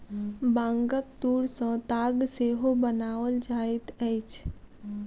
बांगक तूर सॅ ताग सेहो बनाओल जाइत अछि